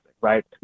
right